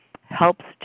helps